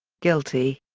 guilty!